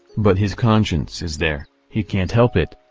but his conscience is there he can't help it.